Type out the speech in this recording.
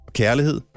kærlighed